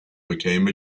became